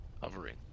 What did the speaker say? hovering